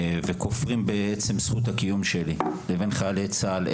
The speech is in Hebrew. וכופרים בעצם זכות הקיום שלי לבין חיילי צה"ל,